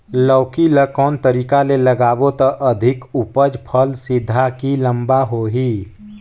लौकी ल कौन तरीका ले लगाबो त अधिक उपज फल सीधा की लम्बा होही?